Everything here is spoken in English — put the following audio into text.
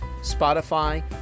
Spotify